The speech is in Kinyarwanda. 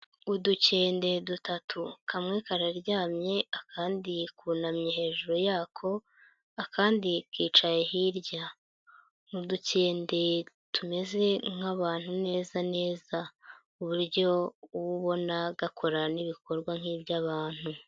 Udukende dutatu, kamwe kararyamye, akandi kunamye hejuru yako, akandi kicaye hirya. Ni udukende tumeze nk'abantu neza neza ku buryo uba ubona gakora n'ibikorwa nk'iby'abantu.